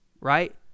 right